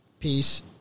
Peace